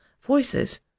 voices